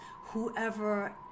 whoever